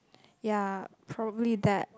ya probably that